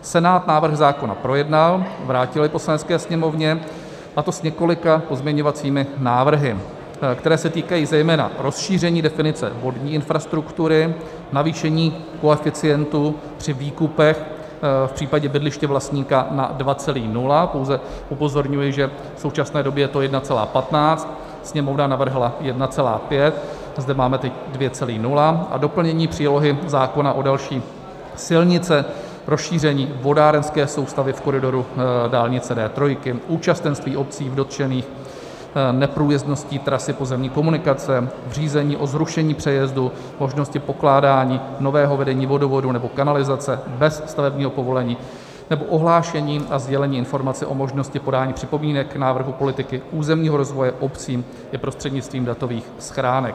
Senát návrh zákona projednal, vrátil jej Poslanecké sněmovně, a to s několika pozměňovacími návrhy, které se týkají zejména rozšíření definice vodní infrastruktury, navýšení koeficientu při výkupech v případě bydliště vlastníka na 2,0 pouze upozorňuji, že v současné době je to 1,15, Sněmovna navrhla 1,5, zde máme teď 2,0 a doplnění přílohy zákona o další silnice, rozšíření vodárenské soustavy v koridoru dálnice D3, účastenství obcí dotčených neprůjezdností trasy pozemní komunikace, řízení o zrušení přejezdu, možnosti pokládání nového vedení vodovodu nebo kanalizace bez stavebního povolení nebo ohlášení a sdělení informace o možnosti podání připomínek k návrhu politiky územního rozvoje obcím je prostřednictvím datových schránek.